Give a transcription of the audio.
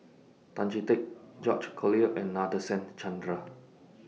Tan Chee Teck George Collyer and Nadasen Chandra